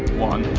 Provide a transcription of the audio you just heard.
one.